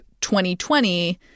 2020